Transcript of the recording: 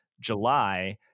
July